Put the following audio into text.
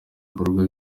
bikorwa